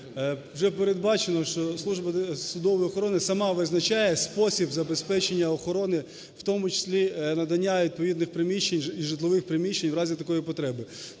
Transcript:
вже передбачено, що Служба судової охорони сама визначає спосіб забезпечення охорони, в тому числі надання відповідних приміщень і житлових приміщень в разі такої потреби.